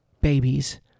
babies